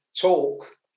talk